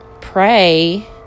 pray